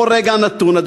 בכל רגע נתון.